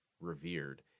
revered